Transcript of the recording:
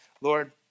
Lord